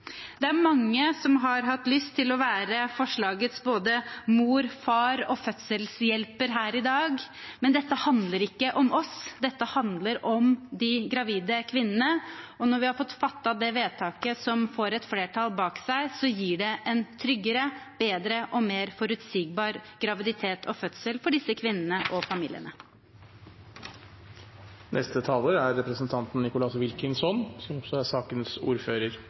Det er mange som har hatt lyst til å være forslagets både mor, far og fødselshjelper her i dag, men dette handler ikke om oss, dette handler om de gravide kvinnene, og når vi har fått fattet det vedtaket som får et flertall bak seg, gir det en tryggere, bedre og mer forutsigbar graviditet og fødsel for disse kvinnene og familiene. Jeg vil bare si takk for samarbeidet i komiteen. Det er